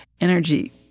energy